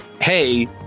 hey